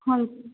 ਹਾਂਜੀ